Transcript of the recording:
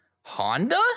Honda